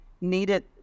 needed